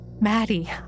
Maddie